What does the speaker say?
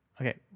Okay